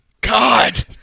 God